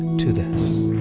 to this.